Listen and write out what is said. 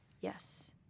Yes